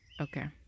Okay